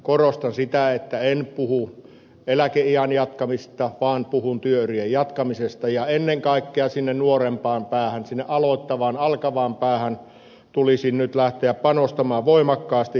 korostan sitä että en puhu eläkeiän jatkamisesta vaan puhun työurien jatkamisesta ja ennen kaikkea sinne nuorempaan päähän sinne aloittavaan alkavaan päähän tulisi nyt lähteä panostamaan voimakkaasti